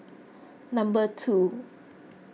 number two